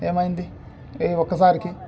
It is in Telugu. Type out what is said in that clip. ఏమైంది ఈ ఒక్కసారికి